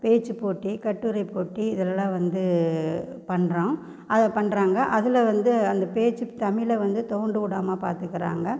பேச்சி போட்டி கட்டுரை போட்டி இதெல்லாம் வந்து பண்ணுறோம் அதை பண்ணுறாங்க அதில் வந்து அந்த பேச்சு தமிழை வந்து துவண்டுவுடாம பார்த்துக்குறாங்க